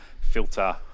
filter